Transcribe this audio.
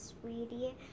sweetie